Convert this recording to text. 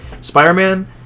spider-man